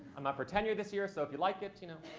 i'm up for tenure this year, so if you like it, you know?